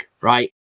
Right